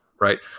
right